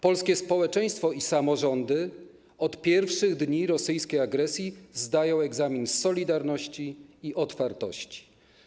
Polskie społeczeństwo i samorządy od pierwszych dni rosyjskiej agresji zdają egzamin z solidarności i otwartości.